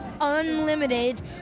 unlimited